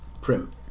Prim